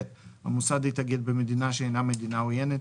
המוסד התאגד במדינה שאינה מדינה עוינת,